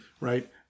right